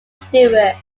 stewart